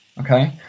Okay